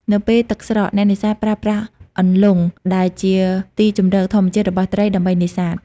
នៅពេលទឹកស្រក អ្នកនេសាទប្រើប្រាស់ អន្លង់ ដែលជាទីជម្រកធម្មជាតិរបស់ត្រី ដើម្បីនេសាទ។